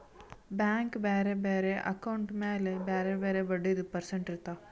bank ಬ್ಯಾರೆ ಬ್ಯಾರೆ account ಮ್ಯಾಲ ಬ್ಯಾರೆ ಬ್ಯಾರೆ ಬಡ್ಡಿದು ಪರ್ಸೆಂಟ್ ಇರ್ತಾವ್